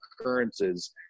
occurrences